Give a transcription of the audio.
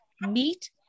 meat